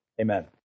Amen